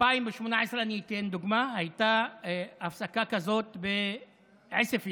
אני אתן דוגמה: ב-2018, הייתה הפסקה כזאת בעוספיא,